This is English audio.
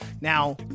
now